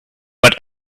but